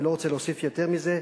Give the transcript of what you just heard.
אני לא רוצה להוסיף יותר מזה,